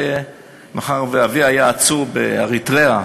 ומאחר שאבי היה עצור באריתריאה,